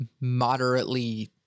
moderately